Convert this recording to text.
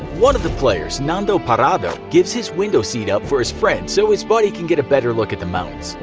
one of the players, nando parrado gives his window seat up for his friend so his buddy can get a better look at the mountains.